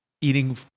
eating